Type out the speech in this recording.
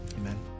Amen